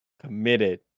committed